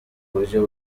buryo